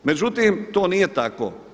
Međutim, to nije tako.